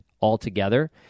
altogether